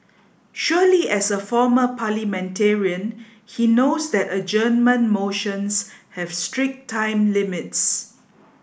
surely as a former parliamentarian he knows that adjournment motions have strict time limits